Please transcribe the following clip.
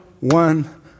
one